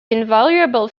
invaluable